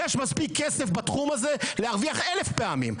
יש מספיק כסף בתחום הזה להרוויח אלף פעמים.